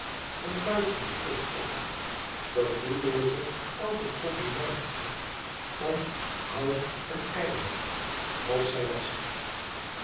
van buiten een kus op gevoellooze oude combinatie van hout en ijzer als zij was